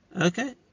Okay